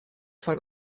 foar